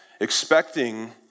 expecting